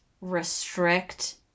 restrict